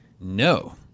No